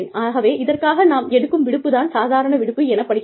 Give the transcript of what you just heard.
ஆகவே இதற்காக நாம் எடுக்கும் விடுப்பு தான் சாதாரண விடுப்பு எனப்படுகிறது